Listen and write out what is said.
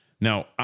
now